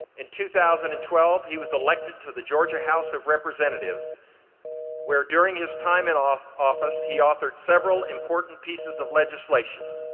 in two thousand and twelve he was elected to the georgia house of representatives where during his time in office office he authored several important pieces of legislation.